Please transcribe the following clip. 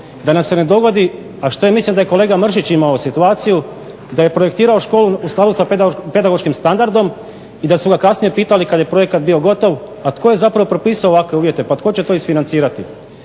da nam se ne dogodi, a što je mislim da je kolega Mršić imao situaciju da je projektirao školu u skladu sa pedagoškim standardom i da su ga kasnije pitali kad je projekat bio gotov, a tko je zapravo propisao ovakve uvjete, pa tko će to isfinancirati.